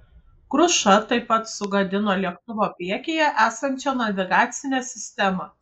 kruša taip pat sugadino lėktuvo priekyje esančią navigacinę sistemą